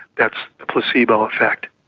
that's a placebo effect.